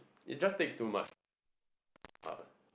it just takes too much time to work part time lah